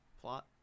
plot